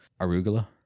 arugula